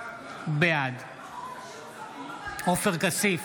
בעד עופר כסיף,